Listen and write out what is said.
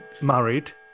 married